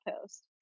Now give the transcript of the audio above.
post